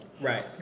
right